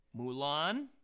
Mulan